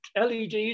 LEDs